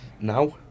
Now